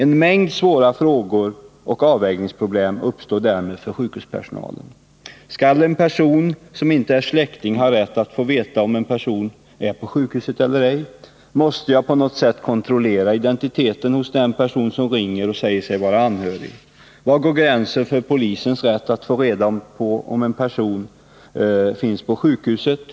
En mängd svåra frågor och avvägningsproblem uppstår därmed för sjukhuspersonalen. Som exempel kan anföras följande: Skall en person som inte är släkting ha rätt att få veta om en person är på sjukhuset eller ej? Måste jag på något sätt kontrollera identiteten hos den person som ringer och utger sig för att vara anhörig? Var går gränsen för polisens rätt att få reda på om en person finns på sjukhuset?